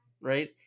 right